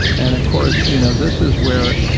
and of course you know this is where,